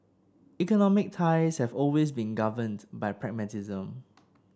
economic ties have always been governed by pragmatism